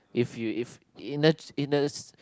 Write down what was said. if you if in the in the